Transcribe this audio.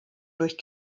durch